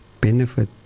benefit